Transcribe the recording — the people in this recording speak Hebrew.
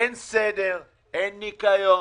אין סדר, אין ניקיון,